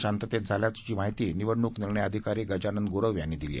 शांततेत मतदान झाल्याचं माहिती निवडणूक निर्णय अधिकारी गजानन गुरव यांनी सांगितलं